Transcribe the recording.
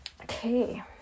Okay